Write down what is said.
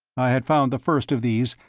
i had found the first of these,